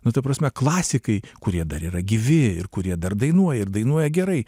nu ta prasme klasikai kurie dar yra gyvi ir kurie dar dainuoja ir dainuoja gerai